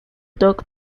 dog